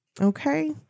Okay